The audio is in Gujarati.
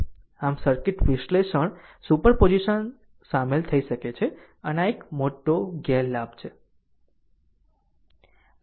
આમ સર્કિટ વિશ્લેષણ સુપરપોઝિશન સામેલ થઈ શકે છે અને આ એક મોટો ગેરલાભ છે